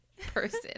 person